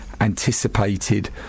anticipated